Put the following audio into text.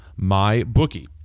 MyBookie